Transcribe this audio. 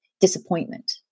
disappointment